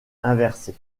inversée